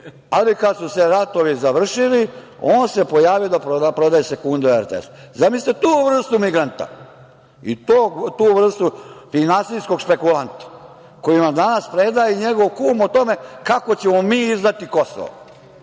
ali kad su se ratovi završili on se pojavio da prodaje sekunde na RTS-u. Zamislite tu vrstu migranta i tu vrstu finansijskog špekulanta, koji nam danas predaje i njegov kum o tome kako ćemo mi izdati Kosovo,